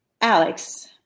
Alex